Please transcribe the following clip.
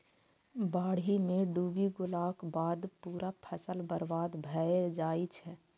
बाढ़ि मे डूबि गेलाक बाद पूरा फसल बर्बाद भए जाइ छै